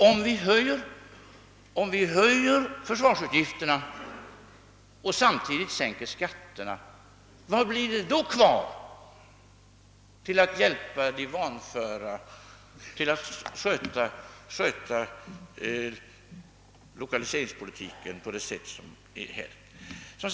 Om vi höjer försvarsutgifterna och samtidigt sänker skatterna, vad blir det då kvar för att hjälpa de vanföra och för att bedriva lokaliseringspolitiken på det sätt vi vill?